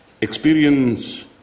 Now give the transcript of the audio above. Experience